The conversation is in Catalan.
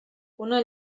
una